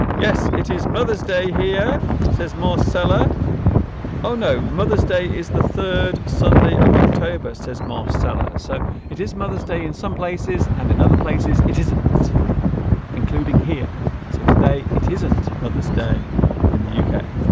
yes it is mother's day here says marcela oh no mother's day is the third sunday of october says marcela so it is mother's day in some places and in other places it isn't including here so today it isn't mother's day in the uk